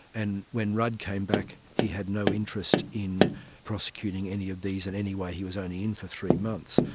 and when rudd came back he had no interest in prosecuting any of these in any way, he was only in for three months.